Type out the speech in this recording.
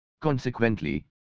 Consequently